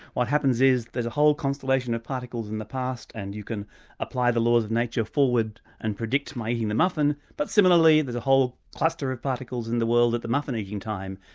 what happens is there's a whole constellation of particles in the past and you can apply the laws of nature forward and predict my eating the muffin, but similarly the whole cluster of particles in the world at the muffin eating time,